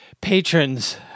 Patrons